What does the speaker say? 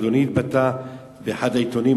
אדוני אפילו התבטא באחד העיתונים,